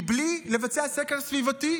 מבלי לבצע סקר סביבתי,